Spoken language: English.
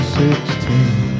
sixteen